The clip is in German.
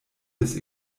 des